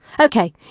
Okay